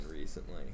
recently